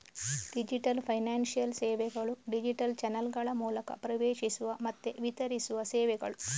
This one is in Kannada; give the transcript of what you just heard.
ಡಿಜಿಟಲ್ ಫೈನಾನ್ಶಿಯಲ್ ಸೇವೆಗಳು ಡಿಜಿಟಲ್ ಚಾನಲ್ಗಳ ಮೂಲಕ ಪ್ರವೇಶಿಸುವ ಮತ್ತೆ ವಿತರಿಸುವ ಸೇವೆಗಳು